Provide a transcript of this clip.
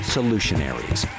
Solutionaries